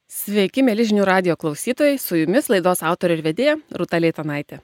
sveiki mieli žinių radijo klausytojai su jumis laidos autorė ir vedėja rūta leitanaitė